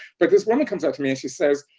but this woman comes up to me and she says,